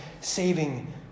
saving